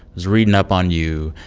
was reading up on you,